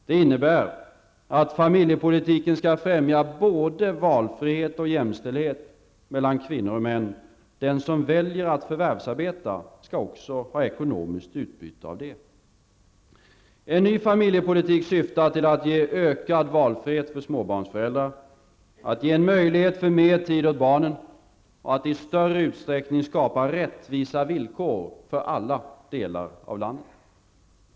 Det innebär att familjepolitiken skall främja både valfrihet och jämställdhet mellan kvinnor och män. Den som väljer att förvärvsarbeta skall också ha ekonomiskt utbyte av detta. En ny familjepolitik syftar till att ge ökad valfrihet för småbarnsföräldrar, att ge en möjlighet för mer tid åt barnen och att i större utsträckning skapa rättvisa villkor för alla delar av landet.